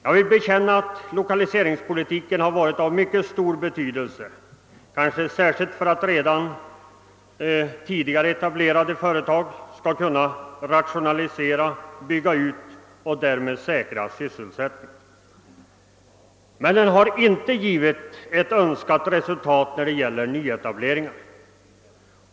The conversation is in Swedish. Jag vill erkänna att lokaliseringspolitiken har varit av stor betydelse, kanske särskilt för att ge redan tidigare etablerade företag möjligheter att rationalisera och bygga ut och där med säkra sysselsättningen. Men den har inte givit önskat resultat när det gäller nyetablering.